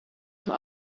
van